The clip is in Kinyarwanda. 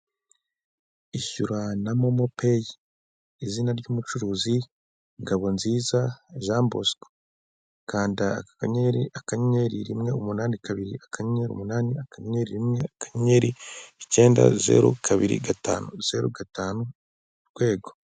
Ishyuranarana momopeyi izina ry'umucuruzi ngabonziza Jean Bosco, kanda akakanyenyeri rimwe umunani kabiri akanyenyeri, umunani akanyenyeri rimwe, akanyeri icyenda zeru kabiri gatanuzeru gatanu urwego.